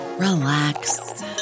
relax